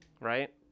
right